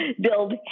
build